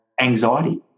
anxiety